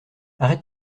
arrête